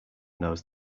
knows